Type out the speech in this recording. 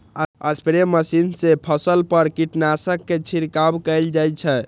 spray machine सं फसल पर कीटनाशक के छिड़काव कैल जाइ छै